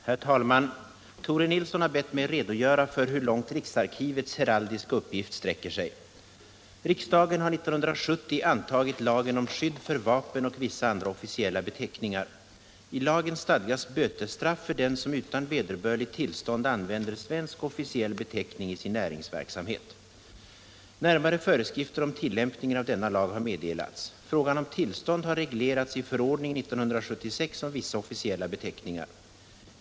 Herr talman! Tore Nilsson har bett mig redogöra för hur långt riksarkivets heraldiska uppgift sträcker sig. Riksdagen har 1970 antagit lagen om skydd för vapen och vissa andra officiella beteckningar. I lagen stadgas bötesstraff för den som utan vederbörligt tillstånd använder svensk officiell beteckning i sin näringsverksamhet. Närmare föreskrifter om tillämpningen av denna lag har meddelats. Frågan om tillstånd har reglerats i förordning 1976 om vissa officiella beteckningar .